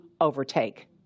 overtake